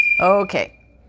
Okay